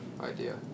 idea